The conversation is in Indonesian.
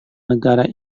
negara